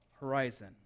horizon